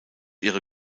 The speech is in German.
ihre